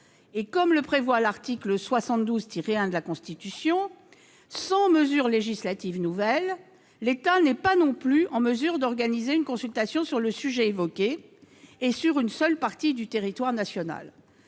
et comme le prévoit l'article 72-1 de la Constitution, sans mesure législative nouvelle, l'État n'est pas non plus en mesure d'organiser une consultation sur le sujet évoqué et sur une seule partie du territoire national.